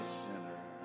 sinner